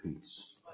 peace